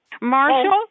Marshall